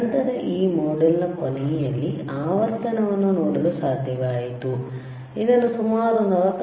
ನಂತರ ಆ ಮಾಡ್ಯೂಲ್ನ ಕೊನೆಯಲ್ಲಿ ಆವರ್ತನವನ್ನು ನೋಡಲು ಸಾಧ್ಯವಾಯಿತು ಅದನ್ನು ಸುಮಾರು 49